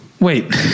Wait